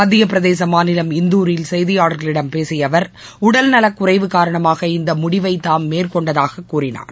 மத்தியப் பிரதேச மாநிலம் இந்தூரில் செய்தியாளர்களிடம் பேசிய அவர் உடல்நலக் குறைவு காரணமாக இந்த முடிவை தாம் மேற்கொண்டதாக கூறினார்